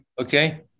okay